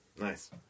nice